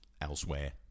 elsewhere